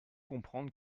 comprendre